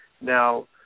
now